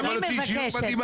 יכול להיות שהיא אישיות מדהימה.